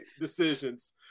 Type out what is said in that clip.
Decisions